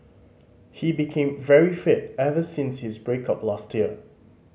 he became very fit ever since his break up last year